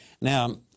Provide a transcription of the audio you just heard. Now